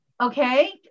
Okay